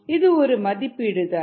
இது ஒரு மதிப்பீடுதான்